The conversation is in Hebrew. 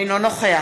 אינו נוכח